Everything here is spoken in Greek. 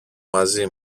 μαζί